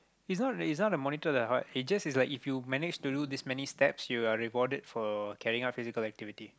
it's not it's not the monitor that's hard it just is like if you manage to do these many step you are rewarded for carrying physical activity